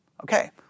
Okay